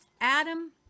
Adam